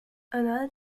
another